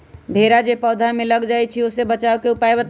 भेरा जे पौधा में लग जाइछई ओ से बचाबे के उपाय बताऊँ?